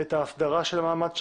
את ההסדרה של המעמד שלהם,